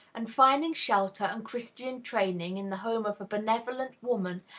and, finding shelter and christian training in the home of a benevolent woman,